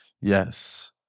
yes